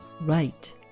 right